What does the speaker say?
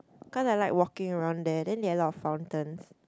cause I like walking around there they a lot of fountains